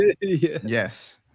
Yes